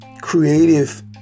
creative